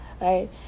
right